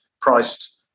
priced